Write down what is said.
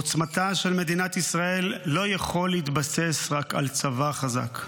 עוצמתה של מדינת ישראל לא יכולה להתבסס רק על צבא חזק.